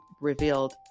revealed